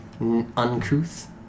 uncouth